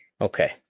Okay